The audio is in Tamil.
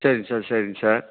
சரிங்க சார் சரிங்க சார்